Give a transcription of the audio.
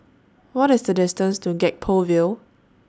What IS The distance to Gek Poh Ville